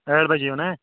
ٲٹھ بَجے یِیِو نا